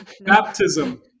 baptism